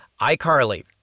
iCarly